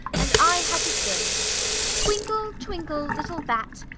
and i had to sing twinkle, twinkle, little bat!